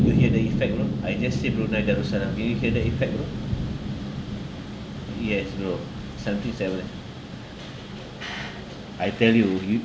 you hear the effect bro I just said brunei darussalam can you hear the effect bro yes bro seventy seven I tell you you